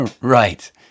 Right